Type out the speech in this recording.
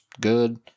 good